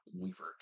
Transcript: Weaver